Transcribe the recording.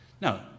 Now